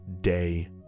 Day